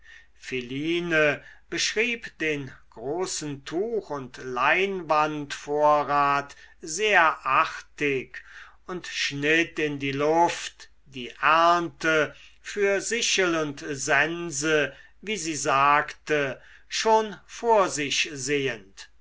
philine beschrieb den großen tuch und leinwandvorrat sehr artig und schnitt in die luft die ernte für sichel und sense wie sie sagte schon vor sich sehend